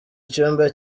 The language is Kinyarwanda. icyumba